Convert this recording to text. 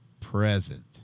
present